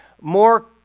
more